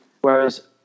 Whereas